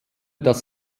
das